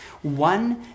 One